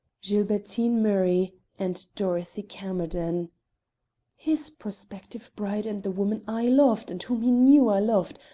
gilbertine murray and dorothy camerden his prospective bride and the woman i loved and whom he knew i loved,